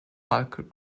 bulk